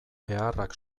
beharrak